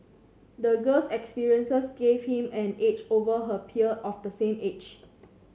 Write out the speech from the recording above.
the girl's experiences gave him an edge over her peer of the same age